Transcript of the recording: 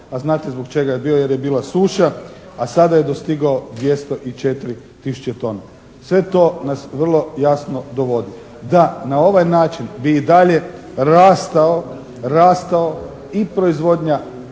a znate zbog čega je bio, jer je bila suša, a sada je dostigao 204 tisuće tona. Sve to nas vrlo jasno dovodi da na ovaj način bi i dalje rastao i proizvodnja